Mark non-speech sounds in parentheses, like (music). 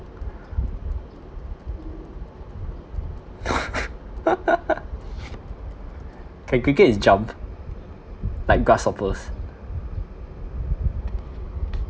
(laughs) can crickets jump like grasshoppers (noise)